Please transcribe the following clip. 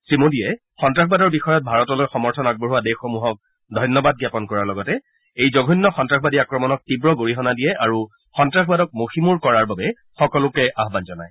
শ্ৰীমোদীয়ে সন্তাসবাদৰ বিষয়ত ভাৰতলৈ সমৰ্থন আগবঢ়োৱা দেশসমূহক ধন্যবাদ জ্ঞাপন কৰাৰ লগতে এই জঘন্য সন্তাসবাদী আক্ৰমণক তীৱ গৰিহণা দিয়ে আৰু সন্তাসবাদক মষিমূৰ কৰাৰ বাবে সকলোকে আহান জনায়